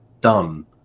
done